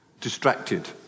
distracted